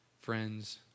friends